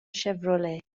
chevrolet